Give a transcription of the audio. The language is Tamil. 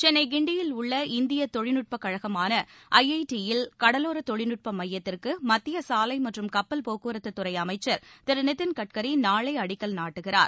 சென்னை கிண்டியில் உள்ள இந்தியத் தொழில்நுட்பக் கழகமான ஐஐடியில் கடலோர தொழில்நுட்ப மையத்திற்கு மத்திய சாலை மற்றும் கப்பல் போக்குவரத்துத்துறை அமைச்சர் திரு நிதின் கட்கரி நாளை அடிக்கல் நாட்டுகிறார்